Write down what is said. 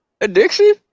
Addiction